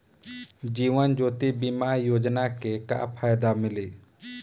जीवन ज्योति बीमा योजना के का फायदा मिली?